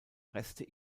reste